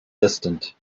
distant